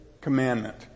commandment